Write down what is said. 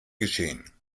geschehen